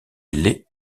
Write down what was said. les